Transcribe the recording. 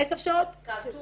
10 שעות שבועיות.